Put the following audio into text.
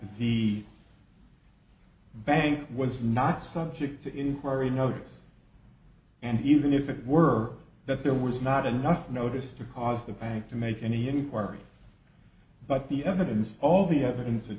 he bank was not subject to inquiry notice and even if it were that there was not enough notice to cause the bank to make any inquiry but the evidence all the evidence